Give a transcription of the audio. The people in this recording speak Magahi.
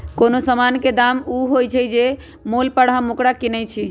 कोनो समान के दाम ऊ होइ छइ जे मोल पर हम ओकरा किनइ छियइ